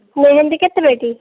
ମେହେନ୍ଦୀ କେତେ ପେଟି